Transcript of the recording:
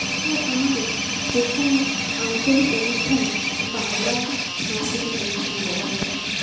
তাই আমাদের যেকোনো আঞ্চলিক অনুষ্ঠানে বাংলায় সাংস্কৃতিক অনুষ্ঠান করা হয়ে থাকে